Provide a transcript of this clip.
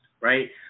right